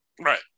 right